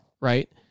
right